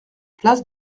place